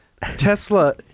Tesla